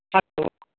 हपो